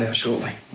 yeah shortly.